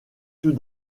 tout